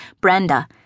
Brenda